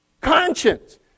Conscience